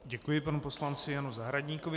Děkuji panu poslanci Janu Zahradníkovi.